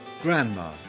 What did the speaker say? Grandma